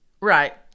Right